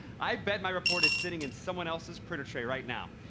i bet my report is sitting in someone else's printer tray right now.